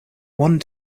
one